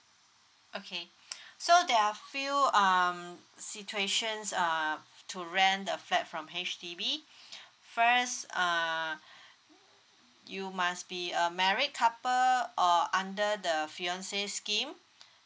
okay so there are few um situation's uh to rent the flat from H_D_B first uh you must be a married couple or under the fiance scheme